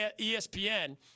ESPN –